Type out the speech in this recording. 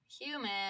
Human